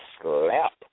Slap